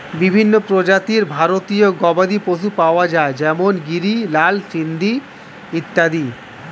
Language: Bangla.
বিভিন্ন প্রজাতির ভারতীয় গবাদি পশু পাওয়া যায় যেমন গিরি, লাল সিন্ধি ইত্যাদি